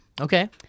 Okay